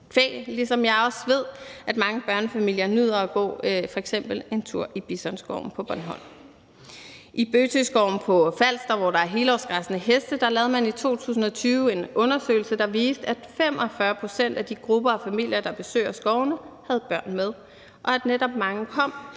kvæg, ligesom jeg også ved, at mange børnefamilier f.eks. nyder at gå en tur i Bisonskoven på Bornholm. I Bøtøskoven på Falster, hvor der er helårsgræssende heste, lavede man i 2020 en undersøgelse, der viste, at 45 pct. af de grupper og familier, der besøger skovene, havde børn med, og at netop mange kom